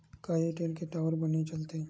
का एयरटेल के टावर बने चलथे?